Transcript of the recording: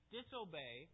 disobey